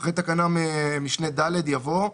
אחרי תקנת משנה (ד) יבוא: